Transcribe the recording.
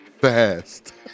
Fast